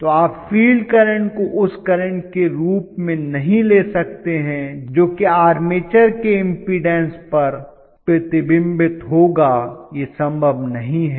तो आप field current को उस करंट के रूप में नहीं ले सकते हैं जो कि आर्मेचर के इम्पीडन्स पर प्रतिबिंबित होगा यह संभव नहीं है